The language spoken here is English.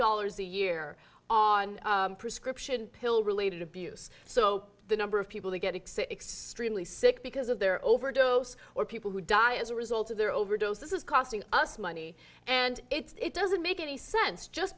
dollars a year on prescription pill related abuse so the number of people to get x x stream lee sick because of their overdose or people who die as a result of their overdose this is costing us money and it doesn't make any sense just